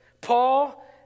Paul